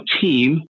team